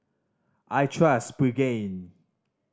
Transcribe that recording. I trust Pregain